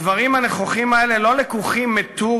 הדברים הנכוחים האלה לא לקוחים מטור